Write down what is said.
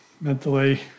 mentally